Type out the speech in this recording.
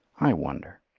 i wonder.